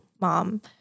mom